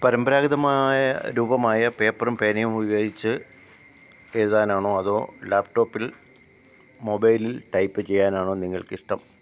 പരമ്പരാഗതമായ രൂപമായ പേപ്പറും പേനയും ഉപയോഗിച്ചു എഴുതാനാണോ അതോ ലാപ്ടോപ്പില് മൊബൈലില് ടൈപ്പ് ചെയ്യാനാണോ നിങ്ങള്ക്ക് ഇഷ്ടം